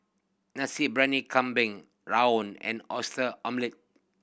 Nasi Briyani Kambing rawon and Oyster Omelette